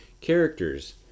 characters